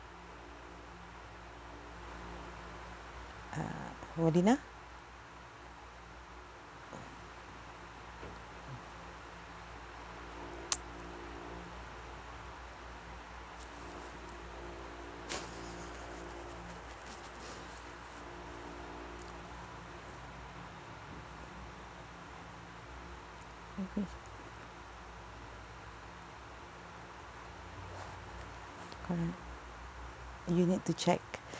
uh wardina correct you need to check